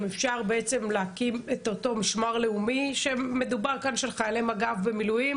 אפשר להקים את אותו משמר לאומי שמדובר כאן של חיילי מג"ב במילואים